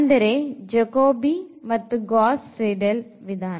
ಅಂದರೆ Jacobi ಮತ್ತು Gauss Seidel ವಿಧಾನ